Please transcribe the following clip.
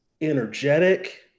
energetic